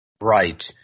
Right